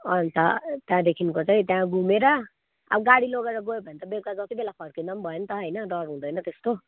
अन्त त्यहाँदेखिको चाहिँ त्यहाँ घुमेर अब गाडी लोगेर गयो भन् त बेलुका जतिबेला फर्किँदा पनि भयो नि त होइन डर हुँदैन त्यस्तो